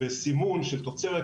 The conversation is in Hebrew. וסימון של תוצרת,